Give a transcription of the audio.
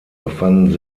befanden